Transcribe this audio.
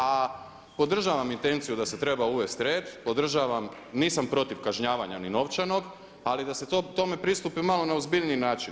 A podržavam intenciju da se treba uvesti red, podržavam, nisam protiv kažnjavanja ni novčanog ali da se tome pristupi malo na ozbiljniji način.